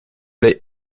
l’ai